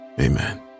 Amen